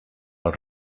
els